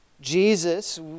Jesus